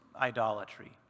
idolatry